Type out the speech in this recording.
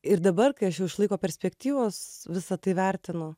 ir dabar kai aš jau iš laiko perspektyvos visa tai vertinu